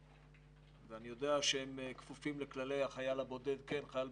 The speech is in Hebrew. ואני יודע שהם כפופים לכללי החייל הבודד כן או לא